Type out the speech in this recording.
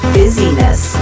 busyness